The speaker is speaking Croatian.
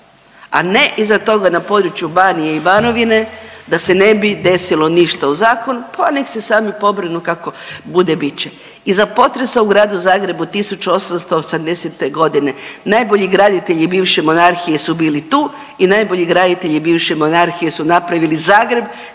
a ne iza toga na području Banije i Banovine, da se ne bi ništa desilo ništa u zakon pa nek se sami pobrinu, kako bude, bit će. Iza potresa u gradu Zagrebu 1880. g. najbolji graditelji bivše monarhije su bili tu i najbolji graditelji bivše monarhije su napravili Zagreb